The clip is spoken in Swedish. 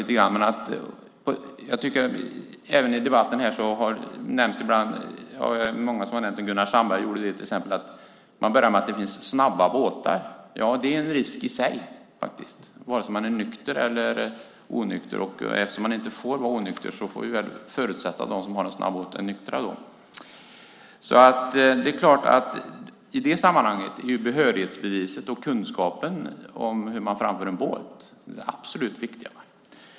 Det är också många, till exempel Gunnar Sandberg, som i debatten här har nämnt att det finns snabba båtar. Ja, det är en risk i sig vare sig man är nykter eller onykter. Eftersom man inte får vara onykter får vi väl förutsätta att de som har en snabb båt är nyktra. Det är klart att i det sammanhanget är behörighetsbeviset och kunskapen om hur man framför en båt det absolut viktiga.